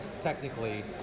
technically